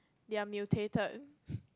ya mutated